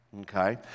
Okay